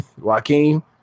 Joaquin